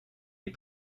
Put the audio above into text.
est